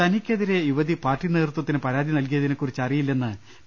തനിക്കെതിരെ യുവതി പാർട്ടി നേതൃത്വത്തിന് പരാതി നൽകി യതിനെ കുറിച്ച് അറിയില്ലെന്ന് പി